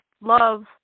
love